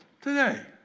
today